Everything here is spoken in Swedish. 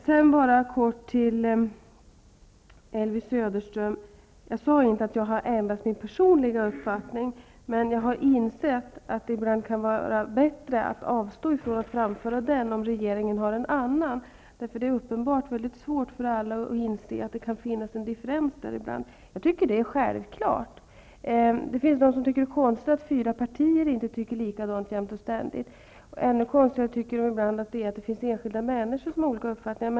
Jag vill bara kort påpeka för Elvy Söderström att jag inte sade att jag har ändrat min personliga uppfattning, men jag har insett att det ibland kan vara bättre att avstå från att framföra den om regeringen har en annan uppfattning. Det är uppenbarligen mycket svårt för alla att inse att det kan finnas en differens där, men jag tycker att det är självklart. Det finns de som tycker att det är konstigt att fyra partier inte tycker lika jämt och ständigt, och ännu konstigare att enskilda människor har olika uppfattningar.